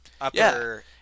upper